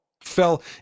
fell